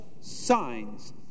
signs